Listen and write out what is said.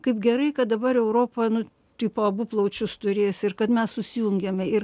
kaip gerai kad dabar europa nu tipo abu plaučius turės ir kad mes susijungiame ir